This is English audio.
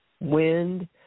wind